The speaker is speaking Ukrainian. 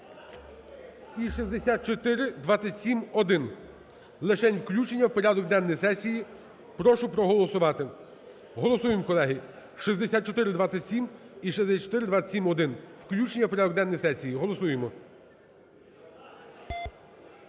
і 6427-1). Лишень включення у порядок денний сесії. Прошу проголосувати. Голосуємо, колеги, 6427 і 6427-1, включення у порядок денний сесії. Голосуємо.